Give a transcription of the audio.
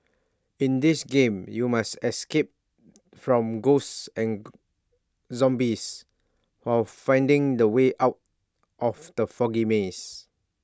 in this game you must escape from ghosts and zombies while finding the way out of the foggy maze